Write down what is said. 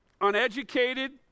uneducated